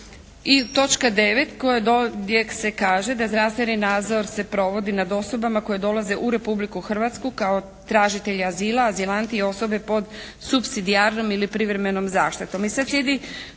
I točka 9. gdje se kaže da zdravstveni nadzor se provodi nad osobama koje dolaze u Republiku Hrvatsku kao tražitelji azila, azilanti i osobe pod supsidijarnom ili privremenom zaštitom.